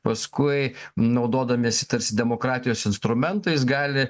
paskui naudodamiesi tarsi demokratijos instrumentais gali